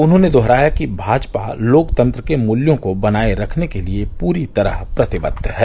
उन्होंने दोहराया कि भाजपा लोकतंत्र के मूल्यों को बनाये रखने के लिए पूरी तरह प्रतिबद्व है